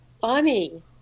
Funny